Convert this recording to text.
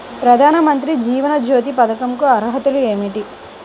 ప్రధాన మంత్రి జీవన జ్యోతి పథకంకు అర్హతలు ఏమిటి?